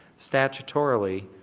statutorily,